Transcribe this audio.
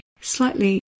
slightly